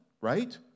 right